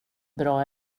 bra